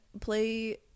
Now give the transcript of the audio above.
play